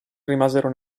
rimasero